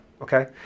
Okay